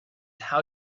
how